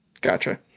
Gotcha